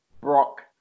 brock